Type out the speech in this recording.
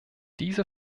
diese